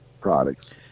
products